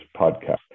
podcast